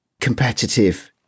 competitive